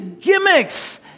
gimmicks